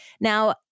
Now